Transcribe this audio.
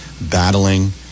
Battling